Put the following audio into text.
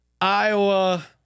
Iowa